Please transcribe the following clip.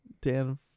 Dan